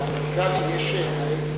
עד שלוש